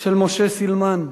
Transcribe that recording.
של משה סילמן.